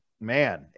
man